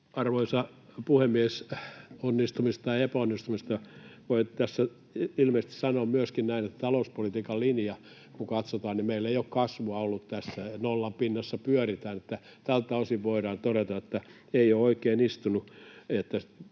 Arvoisa puhemies! Onnistumista ja epäonnistumista — voi tässä ilmeisesti sanoa myöskin näin, että talouspolitiikan linja. Kun katsotaan, niin meillä ei ole kasvua ollut tässä, nollan pinnassa pyöritään. Tältä osin voidaan todeta, että ei ole oikein istunut,